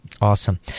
awesome